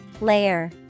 Layer